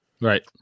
Right